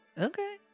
Okay